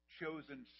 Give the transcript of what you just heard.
chosen